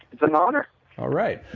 it's an honor alright.